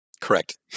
Correct